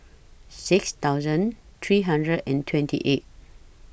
six thousand three hundred and twenty eight